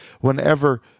whenever